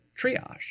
triage